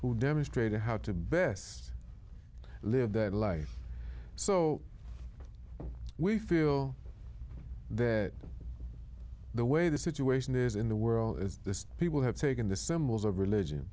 who demonstrated how to best live their life so we feel that the way the situation is in the world is this people have taken the symbols of religion